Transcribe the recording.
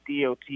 DOT